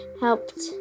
helped